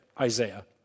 Isaiah